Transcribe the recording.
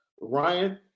Ryan